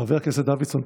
חבר הכנסת דוידסון,